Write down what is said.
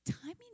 Timing